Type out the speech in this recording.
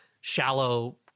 shallow